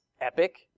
epic